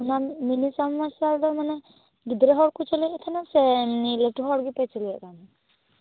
ᱚᱱᱟ mini submersible ᱫᱚ ᱢᱟᱱᱮ ᱜᱤᱫᱽᱨᱟᱹ ᱦᱚᱲ ᱠᱚ ᱪᱟ ᱞᱩᱭᱮᱫ ᱛᱟᱦᱮᱸᱱᱚᱜ ᱥᱮ ᱮᱢᱱᱤ ᱞᱟ ᱴᱩ ᱦᱚᱲ ᱜᱮᱯᱮ ᱪᱟ ᱞᱩᱭᱮᱫ ᱠᱟᱱ ᱛᱟᱦᱮᱸᱱᱚᱜ